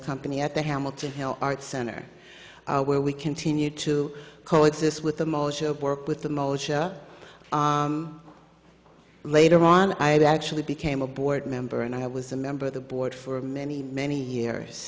company at the hamilton hill arts center where we continued to co exist with the motion of work with the moshe later on i actually became a board member and i was a member of the board for many many years